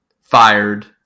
fired